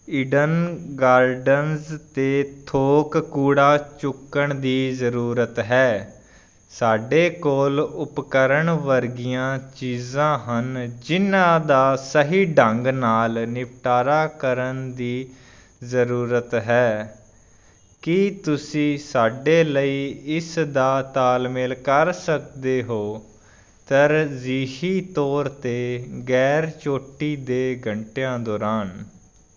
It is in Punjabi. ਈਡਨ ਗਾਰਡਨਜ਼ 'ਤੇ ਥੋਕ ਕੂੜਾ ਚੁੱਕਣ ਦੀ ਜ਼ਰੂਰਤ ਹੈ ਸਾਡੇ ਕੋਲ ਉਪਕਰਣ ਵਰਗੀਆਂ ਚੀਜ਼ਾਂ ਹਨ ਜਿਨ੍ਹਾਂ ਦਾ ਸਹੀ ਢੰਗ ਨਾਲ ਨਿਪਟਾਰਾ ਕਰਨ ਦੀ ਜ਼ਰੂਰਤ ਹੈ ਕੀ ਤੁਸੀਂ ਸਾਡੇ ਲਈ ਇਸ ਦਾ ਤਾਲਮੇਲ ਕਰ ਸਕਦੇ ਹੋ ਤਰਜੀਹੀ ਤੌਰ 'ਤੇ ਗੈਰ ਚੋਟੀ ਦੇ ਘੰਟਿਆਂ ਦੌਰਾਨ